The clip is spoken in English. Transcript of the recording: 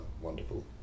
wonderful